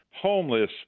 homeless